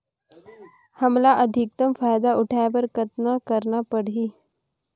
हमला अधिकतम फायदा उठाय बर कतना करना परही?